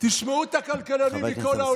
תשמעו את הכלכלנים מכל העולם מבקרים אתכם.